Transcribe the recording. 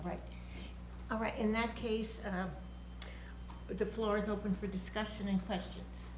right all right in that case the floor is open for discussion and questions